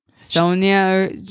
Sonia